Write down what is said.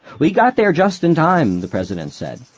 we got there just in time, the president said.